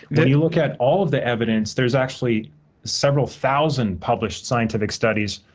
when you look at all of the evidence, there's actually several thousand published scientific studies,